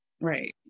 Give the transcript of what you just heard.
right